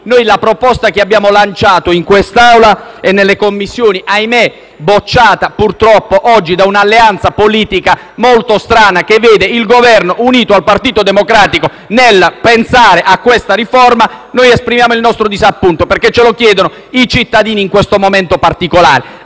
anno. La proposta che abbiamo lanciato in quest'Aula e nelle Commissioni è stata purtroppo bocciata da un'alleanza politica molto strana, che vede il Governo unito al Partito Democratico nel pensare a questa riforma. Noi esprimiamo il nostro disappunto, perché ce lo chiedono i cittadini in questo momento particolare.